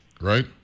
right